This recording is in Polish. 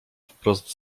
wprost